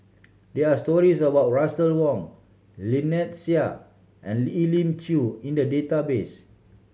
there are stories about Russel Wong Lynnette Seah and Elim Chew in the database